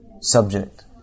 subject